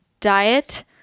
diet